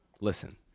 listen